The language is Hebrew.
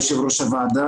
יושב ראש הוועדה,